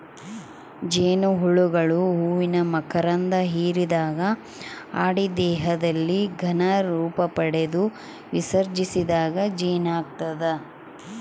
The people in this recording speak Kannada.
ಜೇನುಹುಳುಗಳು ಹೂವಿನ ಮಕರಂಧ ಹಿರಿದಾಗ ಅಡಿ ದೇಹದಲ್ಲಿ ಘನ ರೂಪಪಡೆದು ವಿಸರ್ಜಿಸಿದಾಗ ಜೇನಾಗ್ತದ